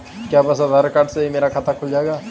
क्या बस आधार कार्ड से ही मेरा खाता खुल जाएगा?